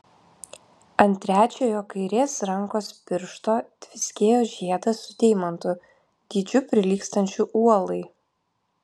ant trečiojo kairės rankos piršto tviskėjo žiedas su deimantu dydžiu prilygstančiu uolai